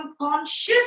conscious